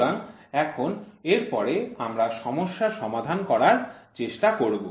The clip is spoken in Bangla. সুতরাং এখন এরপরে আমরা সমস্যা সমাধান করার চেষ্টা করব